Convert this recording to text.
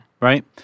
Right